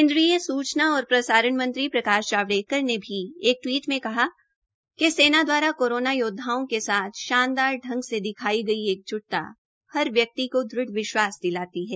केन्द्रीय सूचना और प्रसारण मंत्री प्रकाश जावड़ेकर ने भी टवीट में कहा है कि सेना दवारा योदवाओं के साथ शानदार ढंग से दिखाई गई एकजूटता हर व्यक्ति को दृढ़ विश्वास दिलाती है